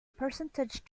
percentage